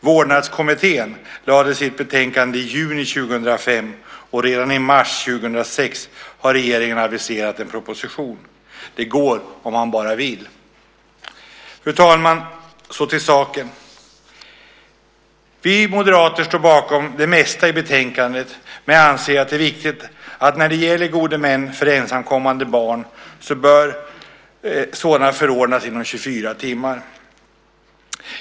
Vårdnadskommittén lade fram sitt betänkande i juni 2005, och regeringen har aviserat att en proposition kommer att läggas fram redan i mars 2006. Det går om man bara vill. Fru talman! Till saken. Vi moderater står bakom det mesta i betänkandet, men jag anser att det är viktigt att gode män för ensamkommande barn förordnas inom 24 timmar.